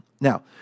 Now